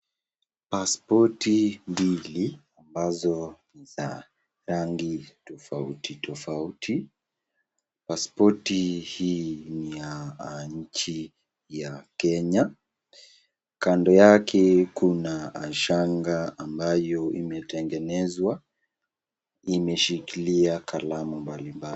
Paspoti mbili ambazo za rangi tofauti tofauti. Paspoti hii ni ya nchi ya kenya, kando yake kuna shanga ambayo imetengenezwa, imeshikilia kalamu mbali mbali.